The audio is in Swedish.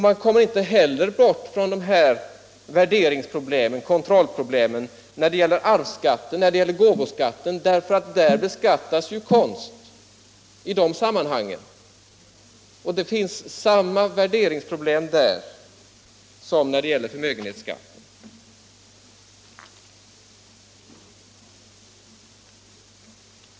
Man kommer inte heller bort från de här värderingsoch kontrollproblemen när det gäller arvsskatten och gåvoskatten. I de sammanhangen beskattas ju konst, och det finns samma värderingsproblem där som när det gäller förmögenhetsskatten.